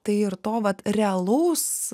tai ir to vat realaus